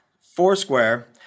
Foursquare